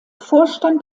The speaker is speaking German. vorstand